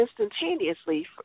instantaneously